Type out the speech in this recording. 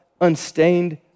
unstained